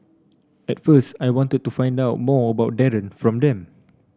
at first I wanted to find out more about Darren from them